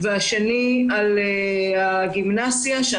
והשני הוא הגימנסיה העברית בירושלים,